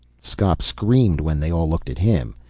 skop screamed when they all looked at him,